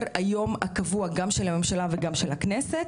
היום הקבוע גם של הממשלה וגם של הכנסת.